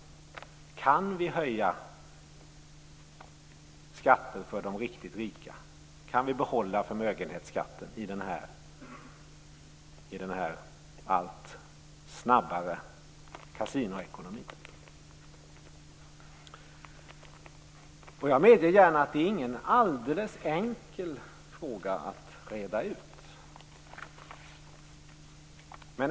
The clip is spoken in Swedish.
Kan vi höja skatten för de riktigt rika? Kan vi behålla förmögenhetsskatten i den allt snabbare kasinoekonomin? Jag medger gärna att det inte är någon alldeles enkel fråga att reda ut.